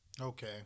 Okay